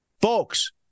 Folks